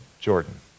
Jordan